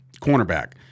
Cornerback